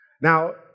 Now